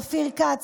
אופיר כץ,